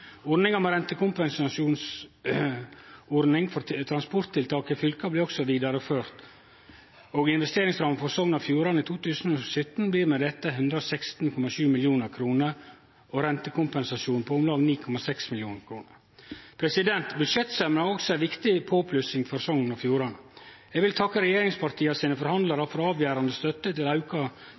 Ordninga med rentekompensasjon for transporttiltak i fylka blir også ført vidare. Investeringsramma for Sogn og Fjordane i 2017 blir med dette 116,7 mill. kr og rentekompensasjonen på om lag 9,6 mill. kr. Budsjettsemja har også gjeve viktige påplussingar for Sogn og Fjordane. Eg vil takke regjeringspartia sine forhandlarar for avgjerande støtte til auka